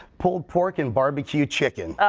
pulled pork and barbecue chicken.